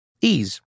Ease